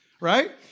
Right